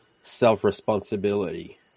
self-responsibility